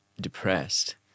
depressed